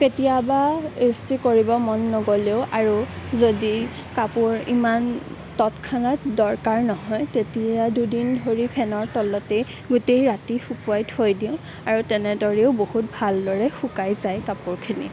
কেতিয়াবা ইষ্ট্ৰি কৰিব মন নগ'লেও আৰু যদি কাপোৰ ইমান তৎক্ষানাত দৰকাৰ নহয় তেতিয়া দুদিন ধৰি ফেনৰ তলতেই গোটেই ৰাতি শুকুৱাই থৈ দিওঁ আৰু তেনেদৰেও বহুত ভালদৰে শুকাই যায় কাপোৰখিনি